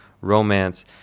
romance